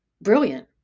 Brilliant